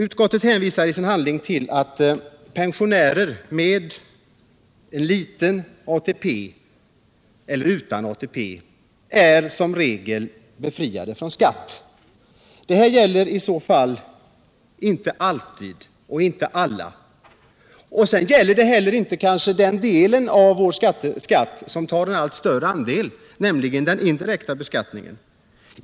Utskottet hänvisar till att pensionärer med liten eller ingen ATP som regel är befriade från skatt. Detta gäller i så fall inte alltid och inte alla. Det gäller inte heller den del av vår skatt som blir allt större, nämligen den indirekta beskattningen.